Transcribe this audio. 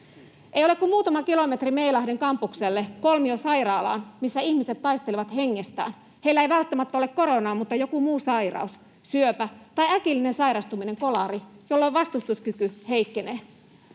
Ei ole kuin muutama kilometri Meilahden kampukselle, kolmiosairaalaan, missä ihmiset taistelevat hengestään. Heillä ei välttämättä ole koronaa, mutta joku muu sairaus, syöpä tai äkillinen sairastuminen, kolari, jolloin vastustuskyky heikkenee.